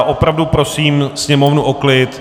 Opravdu prosím sněmovnu o klid.